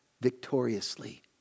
victoriously